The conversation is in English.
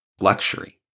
luxury